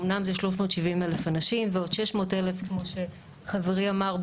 אמנם זה 370,000 אנשים ועוד 600,000 כמו שחברי אמר,